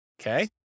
Okay